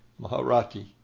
Maharati